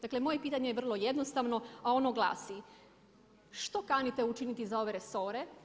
Dakle moje pitanje je vrlo jednostavno a ono glasi, što kanite učiniti za ove resore?